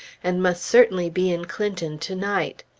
and must certainly be in clinton to-night.